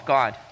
God